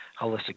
holistic